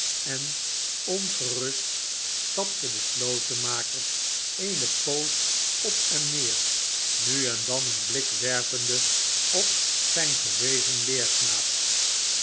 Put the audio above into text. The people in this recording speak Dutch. en ongerust stapte de slotenmaker eene poos op en neer nu en dan een blik werpende op zijn gewezen leerknaap